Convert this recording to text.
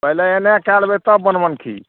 पहिले एन्ना कै लेबै तब बनमनखी